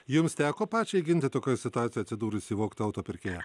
jums teko pačiai ginti tokioj situacijoj atsidūrusį vogto auto pirkėją